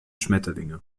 schmetterlinge